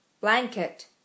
Blanket